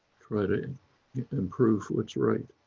try to and improve what's right.